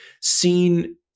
seen